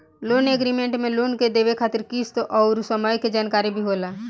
loan agreement में loan के देवे खातिर किस्त अउर समय के जानकारी भी होला